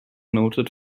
noted